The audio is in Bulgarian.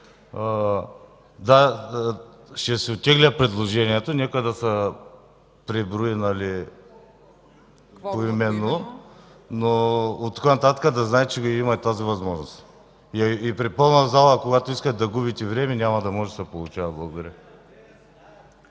искат, ще си оттегля предложението. Нека да се преброим поименно, но оттук нататък да знаете, че имате тази възможност и при пълна зала, когато искате да губите време, няма да може да се получава. Благодаря.